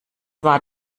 war